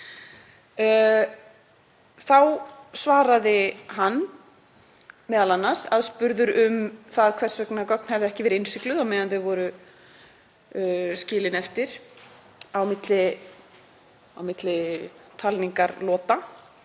Þá svaraði hann m.a., aðspurður um það hvers vegna gögn hefðu ekki verið innsigluð á meðan þau voru skilin eftir á milli talningarlota: